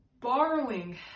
borrowing